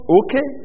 okay